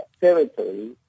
territory